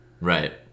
Right